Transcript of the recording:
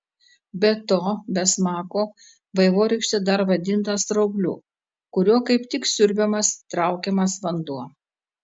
be to be smako vaivorykštė dar vadinta straubliu kuriuo kaip tik siurbiamas traukiamas vanduo